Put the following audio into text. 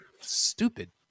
Stupid